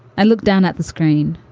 i looked down at the screen,